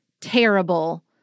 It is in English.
terrible